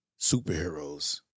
superheroes